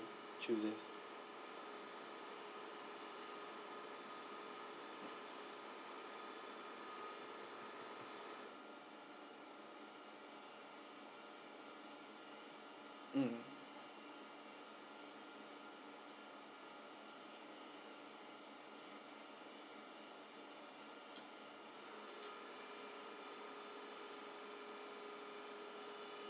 chooses mm